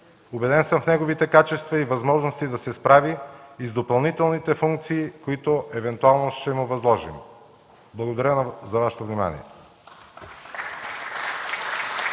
Убеден съм в неговите качества и възможности да се справи и с допълнителните функции, които евентуално ще му възложим. Благодаря за Вашето внимание.